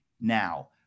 now